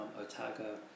Otago